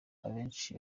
abenshi